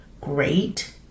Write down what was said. great